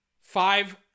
five